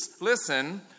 Listen